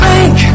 Bank